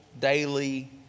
daily